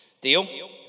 Deal